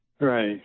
Right